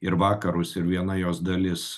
ir vakarus ir viena jos dalis